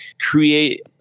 create